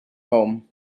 home